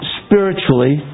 spiritually